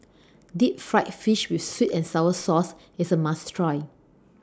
Deep Fried Fish with Sweet and Sour Sauce IS A must Try